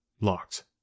Locked